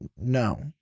No